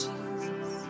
Jesus